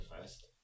first